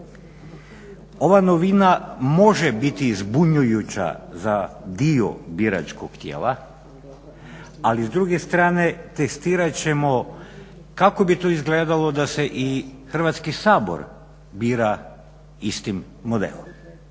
Ova novina može biti zbunjujuća za dio biračkog tijela, ali s druge strane testirat ćemo kako bi to izgledalo da se i Hrvatski sabor bira istim modelom.